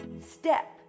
step